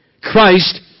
Christ